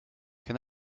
can